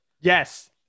Yes